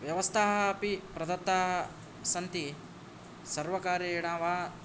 व्यवस्थाः अपि प्रदत्ताः सन्ति सर्वकारेण वा